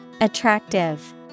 Attractive